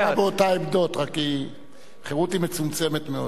חרות נשארה באותן עמדות, רק חרות מצומצמת מאוד.